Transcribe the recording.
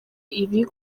ibi